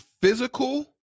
physical